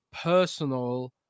personal